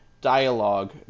dialogue